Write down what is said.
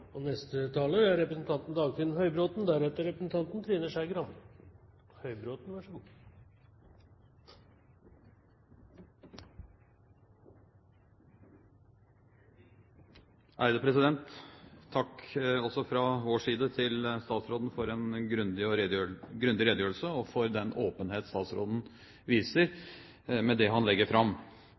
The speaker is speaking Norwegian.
og i de foreslåtte tiltakene, og så komme tilbake til det i en ny runde i salen. Takk også fra vår side til statsråden for en grundig redegjørelse og for den åpenhet statsråden viser med det han legger fram.